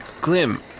Glim